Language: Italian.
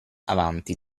avanti